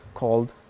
Called